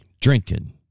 drinking